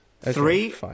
Three